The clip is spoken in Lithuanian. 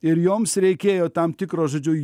ir joms reikėjo tam tikro žodžiu